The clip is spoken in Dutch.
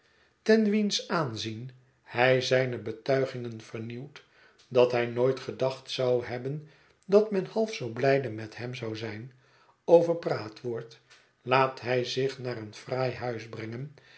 ten wiens aanzien hij zijne betuigingen vernieuwt dat hij nooit gedacht zou hebben dat men half zöo blijde met hem zou zijn overpraat wordt laat hij zich naar een fraai huis brengen